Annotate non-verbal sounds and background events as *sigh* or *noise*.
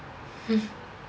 *laughs*